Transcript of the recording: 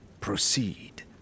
proceed